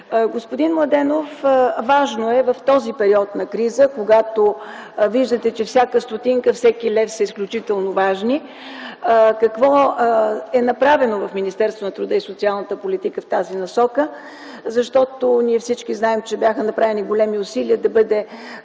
Господин Младенов, в този период на криза, когато виждате, че всяка стотинка и всеки лев са изключително важни, какво е направено в Министерството на труда и социалната политика в тази насока? Всички знаем, че бяха направени големи усилия да бъде